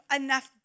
enough